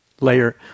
Layer